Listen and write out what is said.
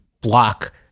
block